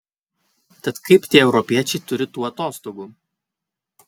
tad kaip tie europiečiai turi tų atostogų